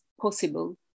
possible